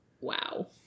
Wow